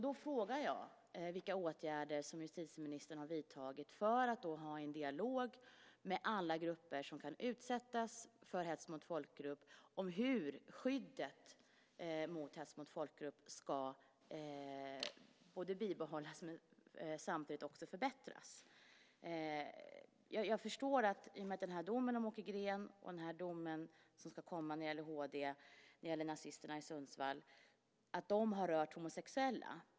Då frågar jag vilka åtgärder justitieministern har vidtagit för att ha en dialog med alla grupper som kan utsättas för hets mot folkgrupp och hur skyddet mot hets mot folkgrupp ska bibehållas och samtidigt förbättras. Domen om Åke Green och domen som ska komma i HD när det gäller nazisterna i Sundsvall har främst rört homosexuella.